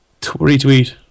retweet